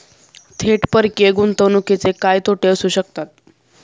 थेट परकीय गुंतवणुकीचे काय तोटे असू शकतात?